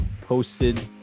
posted